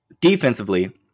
defensively